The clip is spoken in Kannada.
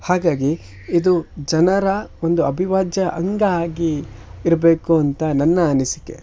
ಹಾಗಾಗಿ ಇದು ಜನರ ಒಂದು ಅವಿಭಾಜ್ಯ ಅಂಗ ಆಗಿ ಇರಬೇಕು ಅಂತ ನನ್ನ ಅನಿಸಿಕೆ